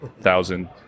thousand